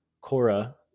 Cora